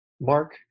mark